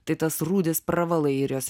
tai tas rūdis pravalai ir jos